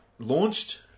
Launched